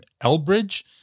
Elbridge